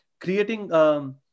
creating